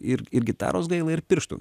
ir ir gitaros gaila ir pirštų